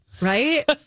Right